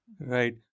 Right